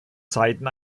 zeiten